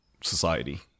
society